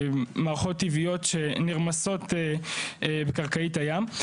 מערכות טבעיות שנרמסות בקרקעית הים.